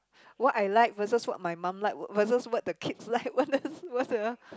what I like versus what my mum like versus what the kids like versus